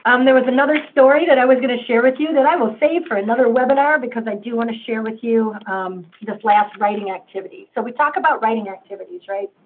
um there was another story that i was going to share with you that i will save for another webinar, because i do want to share with you this last writing activity. so we talk about writing activities, right?